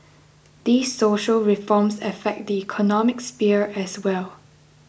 these social reforms affect the economic sphere as well